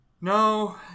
No